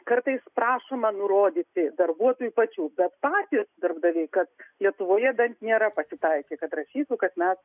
kartais prašoma nurodyti darbuotojų pačių bet patys darbdaviai kad lietuvoje dar bent nėra pasitaikę kad rašytų kad mes